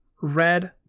Red